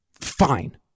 Fine